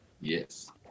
Yes